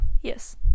Yes